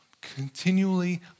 continually